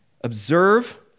Observe